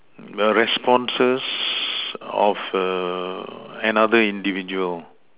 the responses of a another individual